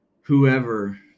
whoever